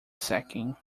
sacking